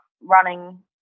running